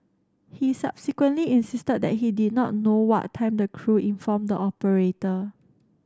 he subsequently insisted that he did not know what time the crew informed the operator